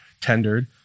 tendered